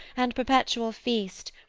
and perpetual feast,